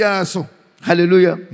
Hallelujah